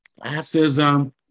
classism